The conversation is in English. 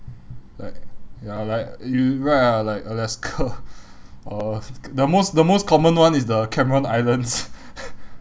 like ya like you right ah like alaska or the most the most common one is the cameron islands